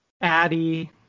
Addie